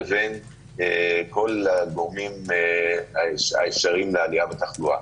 לבין כל הגורמים האפשריים לעלייה בתחלואה.